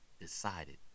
decided